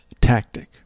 tactic